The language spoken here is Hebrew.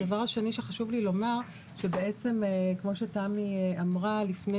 הדבר השני שחשוב לי לומר הוא שבעצם כמו שתמי אמרה לפני